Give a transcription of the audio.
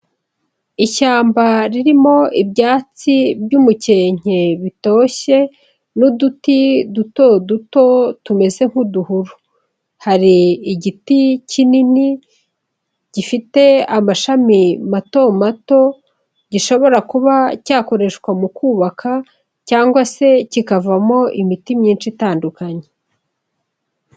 Ishyamba ririmo ibyatsi by'umukenke bitoshye n'uduti duto duto tumeze nk'uduhuru, hari igiti kinini gifite amashami mato mato gishobora kuba cyakoreshwa mu kubaka, cyangwa se kikavamo imiti myinshi itandukanye.